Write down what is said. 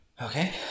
Okay